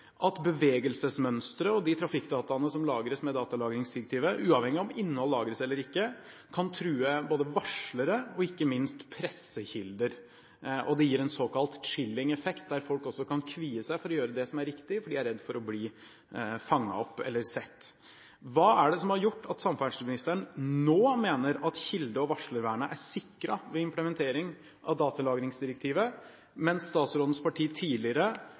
at bevegelsesmønsteret og trafikkdataene som lagres med datalagringsdirektivet, uavhengig av om innhold lagres eller ikke, kan true både varslere og – ikke minst – pressekilder. Det gir en såkalt «chilling»-effekt, der folk også kan kvie seg for å gjøre det som er riktig, for de er redd for å bli fanget opp eller sett. Hva er det som har gjort at samferdselsministeren nå mener at kilde- og varslervernet er sikret ved implementering av datalagringsdirektivet, mens statsrådens parti tidligere